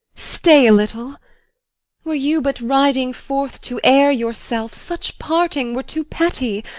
stay a little were you but riding forth to air yourself, such parting were too petty.